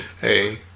Hey